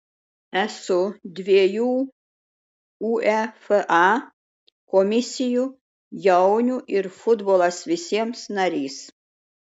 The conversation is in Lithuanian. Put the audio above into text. esu dviejų uefa komisijų jaunių ir futbolas visiems narys